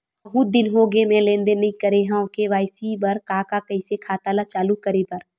बहुत दिन हो गए मैं लेनदेन नई करे हाव के.वाई.सी बर का का कइसे खाता ला चालू करेबर?